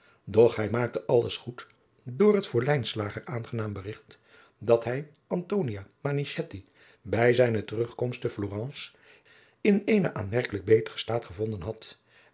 doch hij maakte alles goed door het voor lijnslager aangenaam berigt dat hij antonia manichetti bij zijne terugkomst te florence in eenen aanmerkelijk beteren staat gevonden had